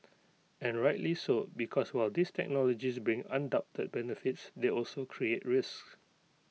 and rightly so because while these technologies bring undoubted benefits they also create risks